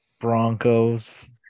broncos